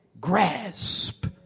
grasp